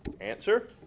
Answer